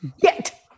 get